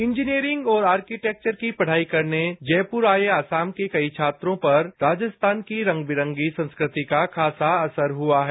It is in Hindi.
इंजीनियरिंग और आर्किटेक्वर की पढाई करने जयपुर आए असम के कई छात्रों पर राजस्थान की रंगबिरंगी संस्कृति का खासा असर हुआ है